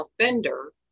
offender